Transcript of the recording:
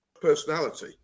personality